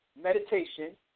meditation